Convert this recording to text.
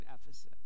Ephesus